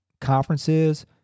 conferences